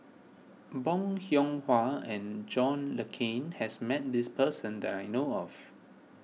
Bong Hiong Hwa and John Le Cain has met this person that I know of